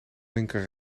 linker